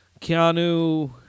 Keanu